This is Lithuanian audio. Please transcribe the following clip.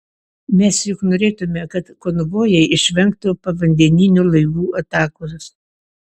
mes juk norėtumėme kad konvojai išvengtų povandeninių laivų atakos